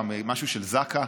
משהו של זק"א,